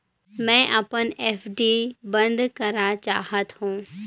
मैं अपन एफ.डी ल बंद करा चाहत हों